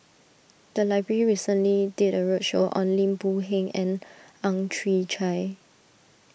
the library recently did a roadshow on Lim Boon Heng and Ang Chwee Chai